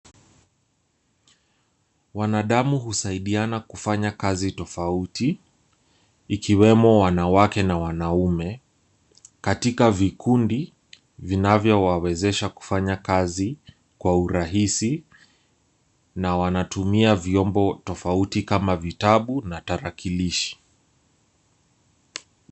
Wanadamu husaidiana kufanya kazi tofauti ikiwemo wanawake na wanaume katika vikundi vinavyowawezesha kufanya kazi kwa urahisi na wanatumia vyombo tofauti kama vitabu na tarakilishi.